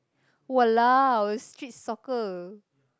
!walao! street soccer